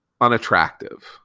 unattractive